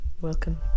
Welcome